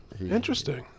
Interesting